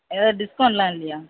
ஏதாவது டிஸ்கவுண்ட்டெலாம் இல்லையா